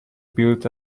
build